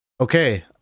Okay